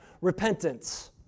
repentance